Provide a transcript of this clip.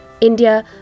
India